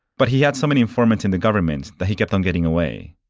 but he had so many informants in the government that he kept um getting away.